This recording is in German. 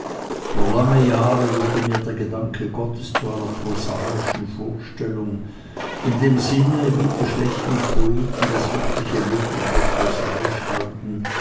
für lange jahre wurde mir der gedanke gottes zu einer prosaischen vorstellung in dem sinne wie die schlechten poeten das wirkliche leben für prosaisch halten